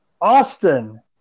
Austin